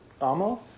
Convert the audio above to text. Amo